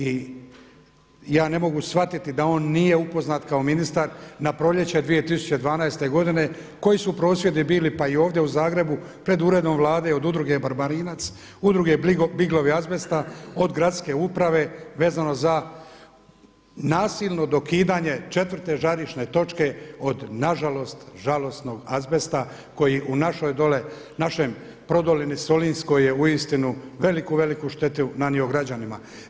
I ja ne mogu shvatiti da on nije upoznat kao ministar na proljeće 2012. godine koji su prosvjedi bili, pa i ovdje u Zagrebu pred Uredom Vlade od udruge Barbarinac, Udruge Biglovi azbesta od gradske uprave vezano za nasilno dokidanje četvrte žarišne točke od na žalost žalosnog azbesta koji u našoj dole, našem prodolini Solinskoj je uistinu veliku, veliku štetu nanio građanima.